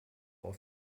auf